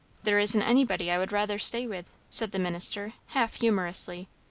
there isn't anybody i would rather stay with, said the minister, half humourously.